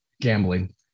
gambling